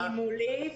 היא מולי.